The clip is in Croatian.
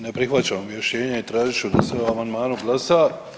Ne prihvaćam objašnjenje i tražit ću da se o amandmanu glasa.